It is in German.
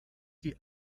die